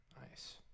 Nice